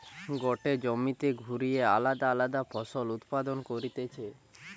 গটে জমিতে ঘুরিয়ে আলদা আলদা ফসল উৎপাদন করতিছে